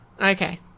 Okay